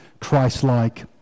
Christ-like